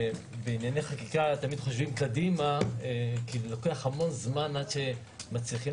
ובענייני חקיקה תמיד חושבים קדימה כי לוקח הרבה זמן עד שמצליחים